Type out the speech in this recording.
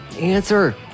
answer